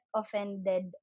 offended